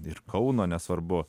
ir kauno nesvarbu